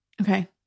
Okay